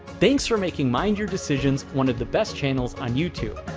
thanks for making mind your decisions one of the best channels on youtube.